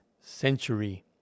century